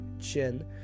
chin